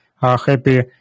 happy